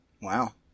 Wow